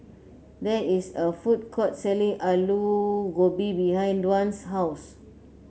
there is a food court selling Aloo Gobi behind Dwan's house